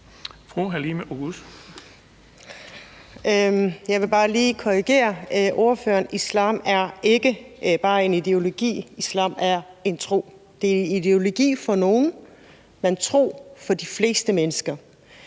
Jeg vil bare lige korrigere ordføreren: Islam er ikke bare en ideologi, islam er en tro. Det er en ideologi for nogle, men en tro for de fleste mennesker.